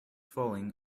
falling